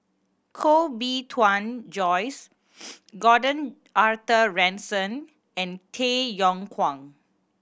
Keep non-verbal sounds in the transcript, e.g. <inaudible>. Koh Bee Tuan Joyce <noise> Gordon Arthur Ransome and Tay Yong Kwang